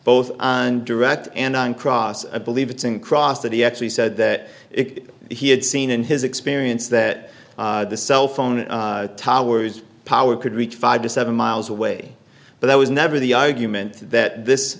both on direct and on cross i believe it's in cross that he actually said that he had seen in his experience that the cell phone towers power could reach five to seven miles away but i was never the argument that this